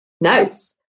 notes